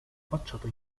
facciata